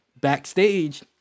backstage